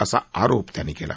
असं आरोप त्यांनी कला